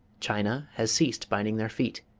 china has ceased binding their feet.